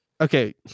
okay